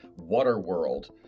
Waterworld